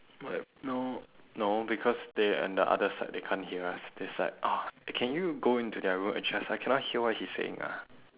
what no no because they on the other side they can't hear us that's like oh can you go into their room adjust I cannot hear what he's saying ah